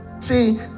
see